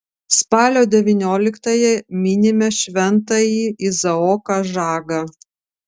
spalio devynioliktąją minime šventąjį izaoką žagą